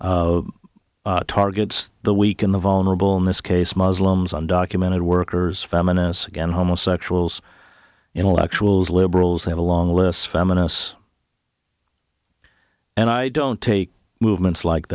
culture targets the weak and the vulnerable in this case muslims undocumented workers feminists again homosexuals intellectuals liberals have a long list feminists and i don't take movements like